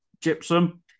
Gypsum